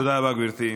תודה רבה, גברתי.